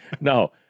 No